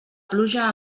pluja